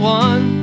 one